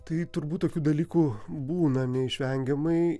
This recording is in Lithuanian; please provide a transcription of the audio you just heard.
tai turbūt tokių dalykų būna neišvengiamai